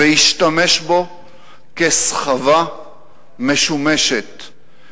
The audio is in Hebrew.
והשתמש בו כסחבה משומשת.